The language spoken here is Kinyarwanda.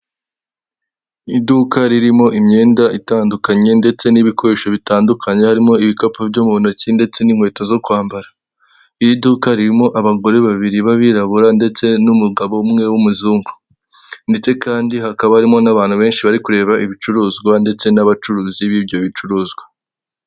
Iduka ririmo imyenda itandukanye ndetse n'ibikoresho bitandukanye harimo ibikapu byo mu ntoki, ndetse n'inkweto zo kwambara .Ni iduka ririmo abagore babiri b'abirabura ndetse n'umugabo umwe w'umuzungu ,ndetse kandi hakaba harimo n'abantu benshi bari kureba ibicuruzwa ndetse n'abacuruzi b'ibyo bicuruzwa.